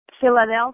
Philadelphia